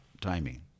timing